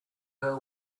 her